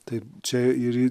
tai čia ir ir